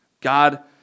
God